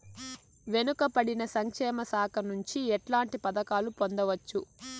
వెనుక పడిన సంక్షేమ శాఖ నుంచి ఎట్లాంటి పథకాలు పొందవచ్చు?